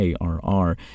ARR